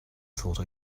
thought